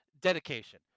dedication